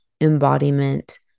embodiment